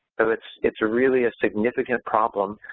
so it's it's really a significant problem.